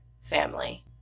family